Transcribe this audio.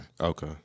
Okay